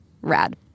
Rad